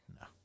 No